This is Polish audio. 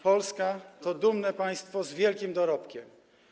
Polska to dumne państwo z wielkim dorobkiem.